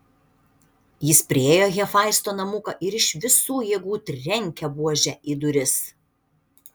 jis priėjo hefaisto namuką ir iš visų jėgų trenkė buože į duris